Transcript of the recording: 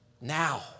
now